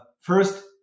First